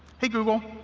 hey, google,